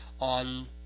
on